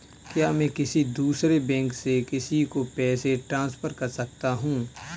क्या मैं किसी दूसरे बैंक से किसी को पैसे ट्रांसफर कर सकता हूँ?